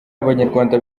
abanyarwanda